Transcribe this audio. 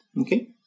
Okay